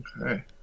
Okay